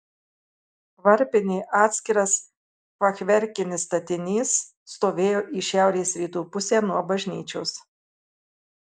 varpinė atskiras fachverkinis statinys stovėjo į šiaurės rytų pusę nuo bažnyčios